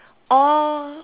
or